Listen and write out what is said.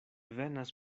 venas